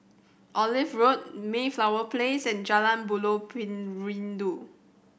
Olive Road Mayflower Place and Jalan Buloh Perindu